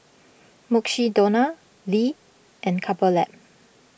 Mukshidonna Lee and Couple Lab